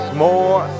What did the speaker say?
more